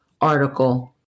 article